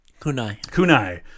Kunai